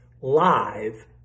live